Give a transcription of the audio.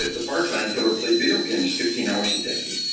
the parkland killer played video games fifteen hours a day.